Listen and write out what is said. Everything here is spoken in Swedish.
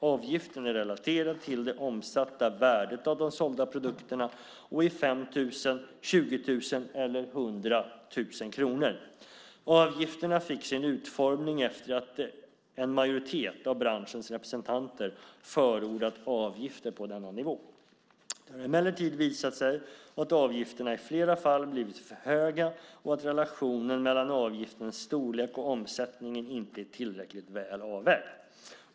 Avgiften är relaterad till det omsatta värdet av de sålda produkterna och är 5 000, 20 000 eller 100 000 kronor. Avgifterna fick sin utformning efter det att en majoritet av branschens representanter förordat avgifter på denna nivå. Det har emellertid visat sig att avgifterna i flera fall blivit för höga och att relationen mellan avgiftens storlek och omsättningen inte är tillräckligt väl avvägd.